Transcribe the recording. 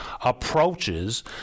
approaches